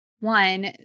One